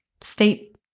state